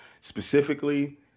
specifically –